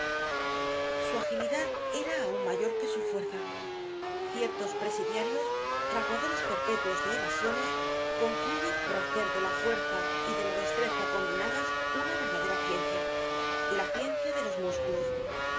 su agilidad era aun mayor que su fuerza ciertos presidiarios fraguadores perpétuos de evasiones concluyen por hacer de la fuerza y de la destreza combinadas una verdadera ciencia la ciencia de los músculos los